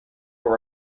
were